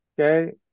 okay